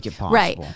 Right